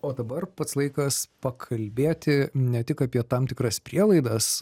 o dabar pats laikas pakalbėti ne tik apie tam tikras prielaidas